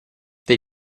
per